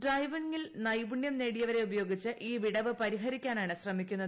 ഡ്രൈവിംഗിൽ നൈപുണ്യം നേടിയവരെ ഉപയോഗിച്ച് ഈ വിടവ് പരിഹരിക്കാനാണ് ശ്രമിക്കുന്നത്